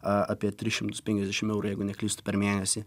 apie tris šimtus penkiasdešim eurų jeigu neklystu per mėnesį